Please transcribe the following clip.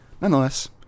Nonetheless